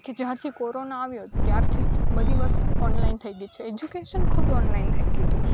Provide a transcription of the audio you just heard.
કે જ્યારથી કોરોના આવ્યો ત્યારથી જ બધી વસ્તુઓ ઓનલાઇન થઈ ગઈ છે એજ્યુકેશન ખુદ ઓનલાઇન થઈ ગયું હતું